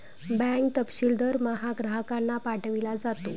bank तपशील दरमहा ग्राहकांना पाठविला जातो